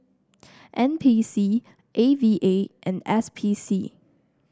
N P C A V A and S P C